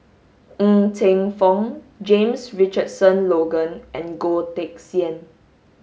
Ng Teng Fong James Richardson Logan and Goh Teck Sian